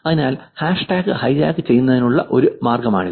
അതിനാൽ hashtag hijack ചെയ്യുന്നതിനുള്ള ഒരു മാർഗമാണിത്